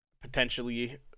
potentially